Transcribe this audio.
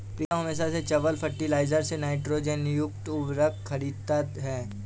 प्रीतम हमेशा से चंबल फर्टिलाइजर्स से नाइट्रोजन युक्त उर्वरक खरीदता हैं